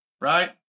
right